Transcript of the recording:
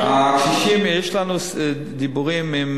הקשישים יש לנו דיבורים עם